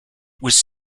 was